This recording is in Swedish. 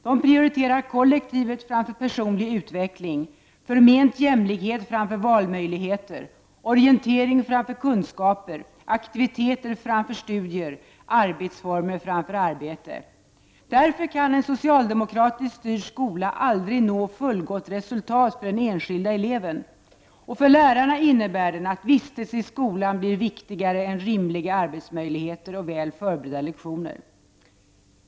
De prioriterar kollektivet framför personlig utveckling, förment jämlikhet framför valmöjligheter, orientering framför kunskaper, aktiviteter framför studier, arbetsformer framför arbete. Därför kan en socialdemokratiskt styrd skola aldrig nå fullgott resultat för den enskilda eleven. För lärarna innebär den att vistelse i skolan är viktigare än rimliga arbetsmöjligheter och väl förberedda lektioner.